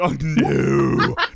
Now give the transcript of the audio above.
No